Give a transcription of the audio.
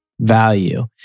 value